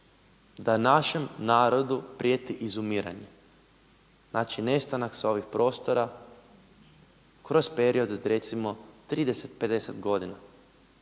da našem narodu prijeti izumiranje? Znači nestanak sa ovih prostora kroz period od recimo 30, 50 godina.